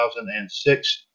2006